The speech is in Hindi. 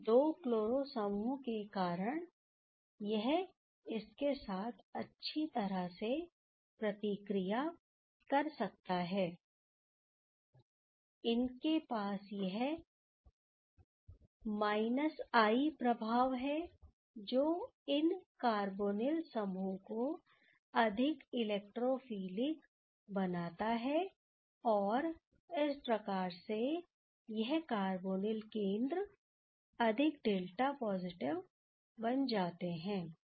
इन दो क्लोरो समूहों के होने के कारण यह इसके साथ अच्छी तरह से प्रतिक्रिया कर सकता है इनके पास यह i प्रभाव है जो इन कार्बोनिल समूह को अधिक इलेक्ट्रोफिलिक बनाता है और इस प्रकार से यह कार्बोनिल केंद्र अधिक डेल्टा पॉजिटिव बन जाते हैं